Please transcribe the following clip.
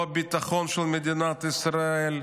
לא הביטחון של מדינת ישראל,